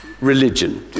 Religion